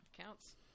counts